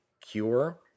cure